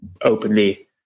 openly